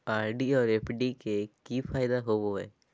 RD और FD के की फायदा होबो हइ?